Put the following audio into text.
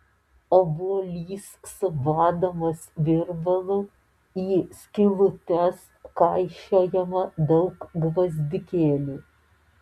obuolys subadomas virbalu į skylutes kaišiojama daug gvazdikėlių